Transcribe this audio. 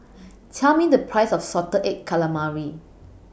Tell Me The Price of Salted Egg Calamari